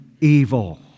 evil